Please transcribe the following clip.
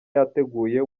yateguye